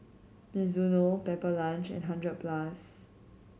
Mizuno Pepper Lunch and Hundred Plus